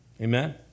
Amen